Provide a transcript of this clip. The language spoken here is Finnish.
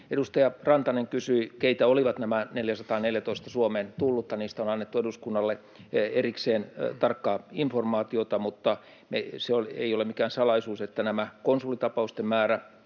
Edustaja Rantanen kysyi, keitä olivat nämä 414 Suomeen tullutta. Niistä on annettu eduskunnalle erikseen tarkkaa informaatiota, mutta se ei ole mikään salaisuus, että konsulitapausten määrä